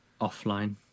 offline